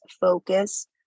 focus